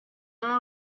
non